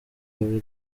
willy